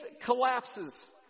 collapses